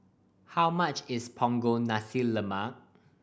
how much is Punggol Nasi Lemak